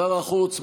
שר החוץ,